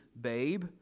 babe